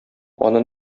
аны